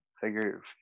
Figure